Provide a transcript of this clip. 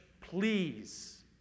please